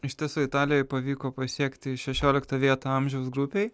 iš tiesų italijoj pavyko pasiekti šešioliktą vietą amžiaus grupėj